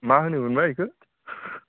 मा होनोमोन बा बेखौ